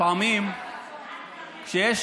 לפעמים כשיש